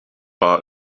war